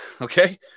Okay